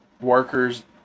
workers